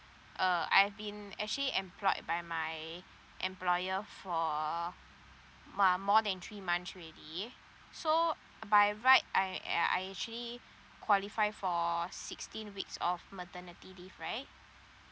uh I've been actually employed by my employer for more more than three month already so by right I I I actually qualify for sixteen weeks of maternity leave right